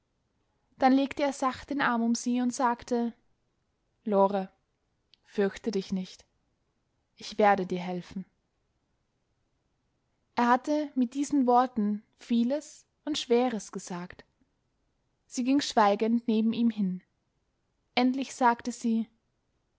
dann legte er sacht den arm um sie und sagte lore fürchte dich nicht ich werde dir helfen er hatte mit diesen worten vieles und schweres gesagt sie ging schweigend neben ihm hin endlich sagte sie